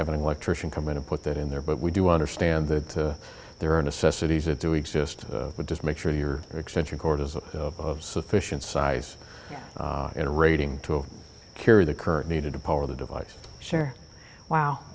have an electrician come in and put that in there but we do understand that there are necessities that do exist but just make sure your extension cord is of sufficient size and rating to carry the current needed to power the device share